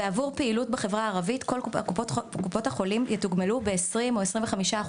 ועבור פעילות בחברה הערבית קופות החולים יתוגברו בין 20%-25%